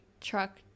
truck